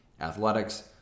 athletics